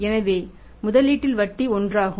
எனவே முதலீட்டில் வட்டி ஒன்றாகும்